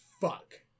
fuck